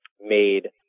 made